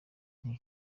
nti